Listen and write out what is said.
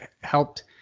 helped